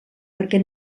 perquè